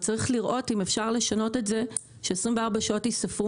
אז צריך לראות אם אפשר לשנות את זה ש-24 שעות ייספרו